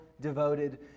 devoted